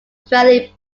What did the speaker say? fairly